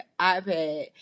iPad